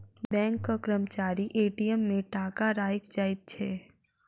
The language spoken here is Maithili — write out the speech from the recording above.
बैंकक कर्मचारी ए.टी.एम मे टाका राइख जाइत छै